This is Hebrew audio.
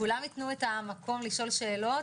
לכולם ייתנו את המקום לשאול שאלות.